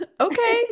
Okay